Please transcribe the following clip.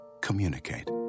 communicate